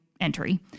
entry